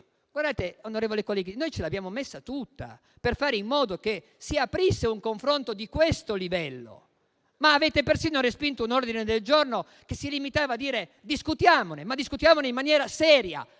che noi ce l'abbiamo messa tutta per fare in modo che si aprisse un confronto di questo livello, ma avete persino respinto un ordine del giorno che si limitava a proporre di discuterne in maniera seria.